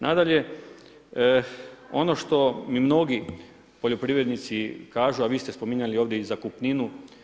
Nadalje, ono što mi mnogi poljoprivrednici kažu, a vi ste spominjali ovdje i zakupninu.